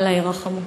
אללה ירחמו.